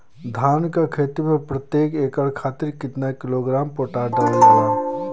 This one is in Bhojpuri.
धान क खेती में प्रत्येक एकड़ खातिर कितना किलोग्राम पोटाश डालल जाला?